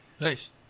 nice